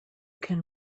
can